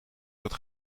dat